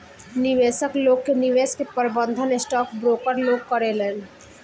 निवेशक लोग के निवेश के प्रबंधन स्टॉक ब्रोकर लोग करेलेन